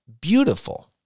beautiful